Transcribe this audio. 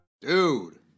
Dude